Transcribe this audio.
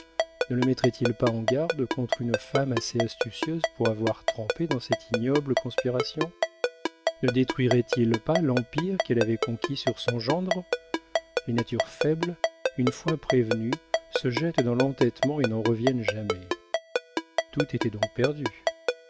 ne le mettrait il pas en garde contre une femme assez astucieuse pour avoir trempé dans cette ignoble conspiration ne détruirait il pas l'empire qu'elle avait conquis sur son gendre les natures faibles une fois prévenues se jettent dans l'entêtement et n'en reviennent jamais tout était donc perdu